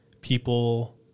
people